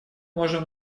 можем